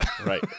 right